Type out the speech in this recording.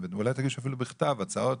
ואולי תגיש אפילו בכתב הצעות